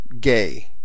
gay